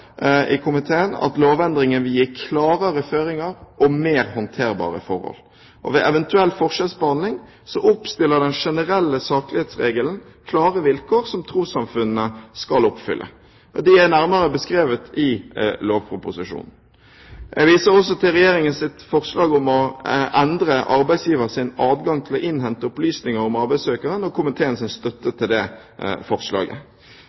i komiteen – at lovendringen vil gi klarere føringer og mer håndterbare forhold. Ved eventuell forskjellsbehandling oppstiller den generelle saklighetsregelen klare vilkår som trossamfunnene skal oppfylle. De er nærmere beskrevet i lovproposisjonen. Jeg viser også til Regjeringens forslag om å endre arbeidsgivers adgang til å innhente opplysninger om arbeidssøkeren og komiteens støtte til det forslaget.